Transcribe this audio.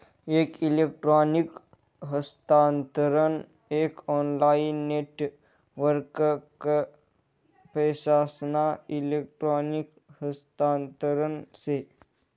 एक इलेक्ट्रॉनिक हस्तांतरण एक ऑनलाईन नेटवर्कवर पैसासना इलेक्ट्रॉनिक हस्तांतरण से